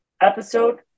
episode